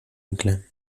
inclán